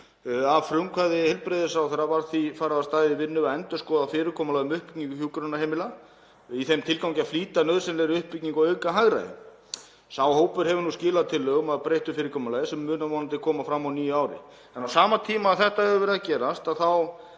Að frumkvæði heilbrigðisráðherra var því farið af stað í vinnu við að endurskoða fyrirkomulag um uppbyggingu hjúkrunarheimila í þeim tilgangi að flýta nauðsynlegri uppbyggingu og auka hagræði. Sá hópur hefur nú skilað tillögum að breyttu fyrirkomulagi sem munu vonandi koma fram á nýju ári. En á sama tíma og þetta hefur verið að gerast þá